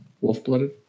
Wolf-blooded